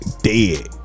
dead